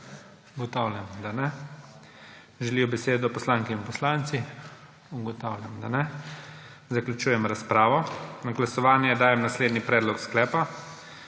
Ugotavljam, da ne. Želijo besedo poslanke in poslanci? Ugotavljam, da ne. Zaključujem razpravo. Na glasovanje dajem naslednji predlog sklepa: